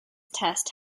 test